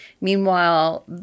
Meanwhile